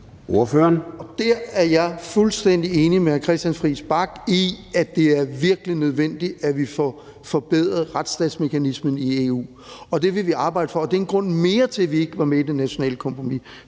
Der er jeg fuldstændig enig med hr. Christian Friis Bach i, at det er virkelig nødvendigt, at vi får forbedret retsstatsmekanismen i EU, og det vil vi arbejde for. Det er en grund mere til, at vi ikke var med i det nationale kompromis,